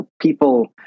people